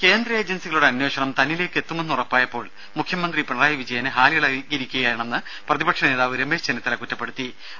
രംഭ കേന്ദ്ര ഏജൻസികളുടെ അന്വേഷണം തന്നിലേക്ക് എത്തുമെന്നുറപ്പായപ്പോൾ മുഖ്യമന്ത്രി പിണറായി വിജയന് ഹാലിളകിയിരിക്കുകയാണെന്ന് പ്രതിപക്ഷ നേതാവ് രമേശ് ചെന്നിത്തല പറഞ്ഞു